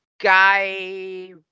guy